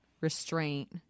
restraint